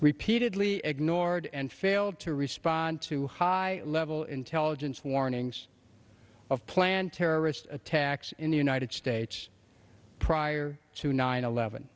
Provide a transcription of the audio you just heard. repeatedly ignored and failed to respond to high level intelligence warnings of planned terrorist attacks in the united states prior to nine eleven